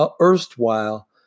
erstwhile